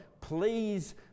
please